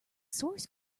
source